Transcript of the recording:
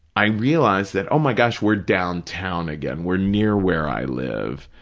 i realize that, oh, my gosh, we're downtown again, we're near where i live.